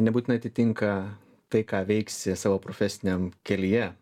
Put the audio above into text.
nebūtinai atitinka tai ką veiksi savo profesiniam kelyje